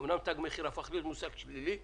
אמנם תג מחיר הפך להיות מושג שלילי,